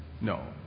no